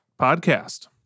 podcast